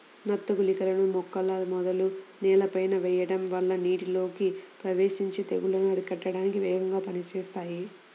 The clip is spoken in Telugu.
నత్త గుళికలని మొక్కల మొదలు నేలపైన వెయ్యడం వల్ల నీటిలోకి ప్రవేశించి తెగుల్లను అరికట్టడానికి వేగంగా పనిజేత్తాయి